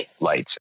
lights